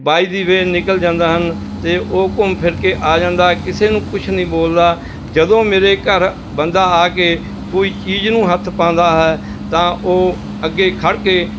ਬਾਈ ਦੀ ਬੇਅ ਨਿੱਕਲ ਜਾਂਦਾ ਹਨ ਅਤੇ ਉਹ ਘੁੰਮ ਫਿਰ ਕੇ ਆ ਜਾਂਦਾ ਕਿਸੇ ਨੂੰ ਕੁਛ ਨਹੀਂ ਬੋਲਦਾ ਜਦੋਂ ਮੇਰੇ ਘਰ ਬੰਦਾ ਆ ਕੇ ਕੋਈ ਚੀਜ਼ ਨੂੰ ਹੱਥ ਪਾਉਂਦਾ ਹੈ ਤਾਂ ਉਹ ਅੱਗੇ ਖੜ੍ਹ ਕੇ